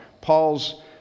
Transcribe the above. Paul's